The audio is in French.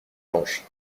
blanche